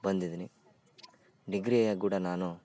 ಬಂದಿದ್ದೀನಿ ಡಿಗ್ರಿಯಲ್ಲಿ ಕೂಡ ನಾನು